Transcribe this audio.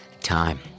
time